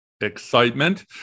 excitement